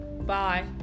bye